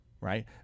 right